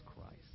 Christ